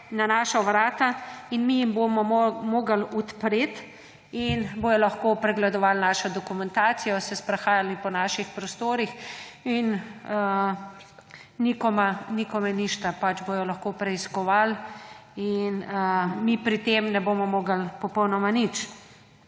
na naša vrata, in mi jim bomo morali odpreti in bodo lahko pregledovali našo dokumentacijo, se sprehajali po naših prostorih – in nikome ništa, pač bodo lahko preiskovali in mi pri tem ne bomo mogli popolnoma nič.